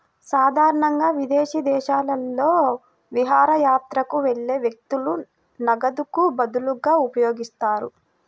సాధారణంగా విదేశీ దేశాలలో విహారయాత్రకు వెళ్లే వ్యక్తులు నగదుకు బదులుగా ఉపయోగిస్తారు